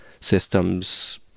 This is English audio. systems